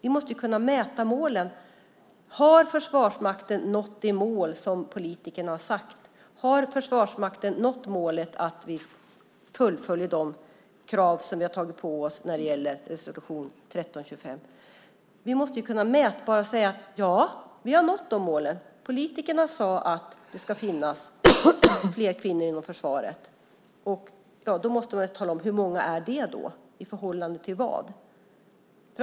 Vi måste kunna mäta målen. Har Försvarsmakten nått de mål som politikerna har satt? Har Försvarsmakten nått målen så att vi uppfyller de krav som vi har tagit på oss enligt resolution 1325? Vi måste kunna mäta och säga: Ja, vi har nått de målen. Politikerna har sagt att det ska finnas fler kvinnor inom försvaret. Då måste man tala om hur många det är och i förhållande till vad.